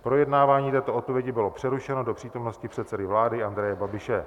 Projednávání této odpovědi bylo přerušeno do přítomnosti předsedy vlády Andreje Babiše.